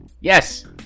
Yes